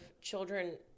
children